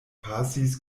pasis